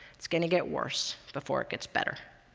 it's going to get worse before it gets better.